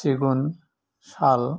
सिगुन साल